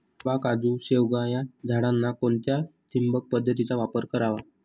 आंबा, काजू, शेवगा या झाडांना कोणत्या ठिबक पद्धतीचा वापर करावा?